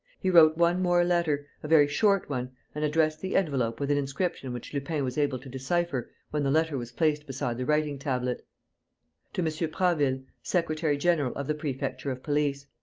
he wrote one more letter, a very short one, and addressed the envelope with an inscription which lupin was able to decipher when the letter was placed beside the writing-tablet to monsieur prasville, secretary-general of the prefecture of police.